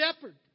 shepherd